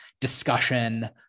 discussion